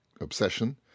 obsession